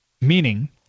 Meaning